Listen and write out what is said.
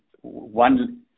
one